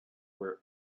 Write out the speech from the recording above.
were